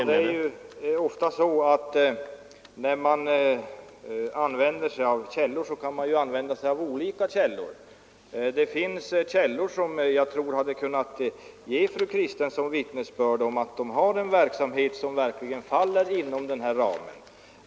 Herr talman! Det är ofta så att man kan använda olika källor. Det finns källor som jag tror hade kunnat ge fru Kristensson vittnesbörd om att KRUM har en verksamhet som verkligen faller inom den här ramen.